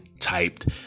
typed